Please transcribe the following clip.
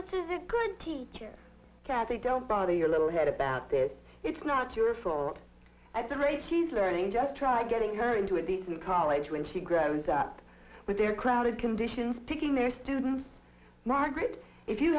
which is a good teacher kathy don't bother your little head about this it's not your fault at the rate she's learning just try getting her into a decent college when she grows up with their crowded conditions picking their students margaret if you